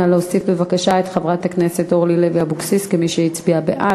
נא להוסיף את חברת הכנסת אורלי לוי אבקסיס כמי שהצביעה בעד.